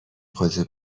خودتو